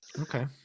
Okay